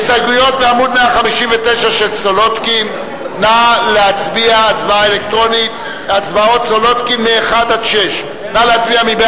הסתייגויות חד"ש, מ-1 עד 7. מי